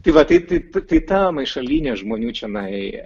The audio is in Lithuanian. tai va tai tai tai ta maišalynė žmonių čionai